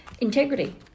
Integrity